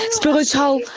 spiritual